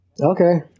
Okay